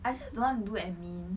I just don't want to do admin